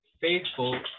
faithful